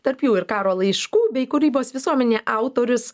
tarp jų ir karo laiškų bei kūrybos visuomenė autorius